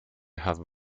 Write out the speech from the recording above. have